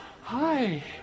hi